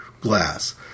glass